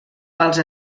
els